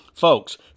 Folks